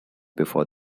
before